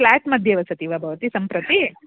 फ़्लाट्ध्ये वसति वा भवति सम्प्रति